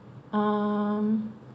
um